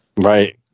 Right